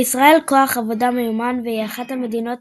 לישראל כוח עבודה מיומן, והיא אחת המדינות